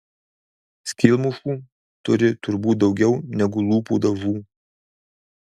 skylmušų turi turbūt daugiau negu lūpų dažų